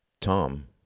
Tom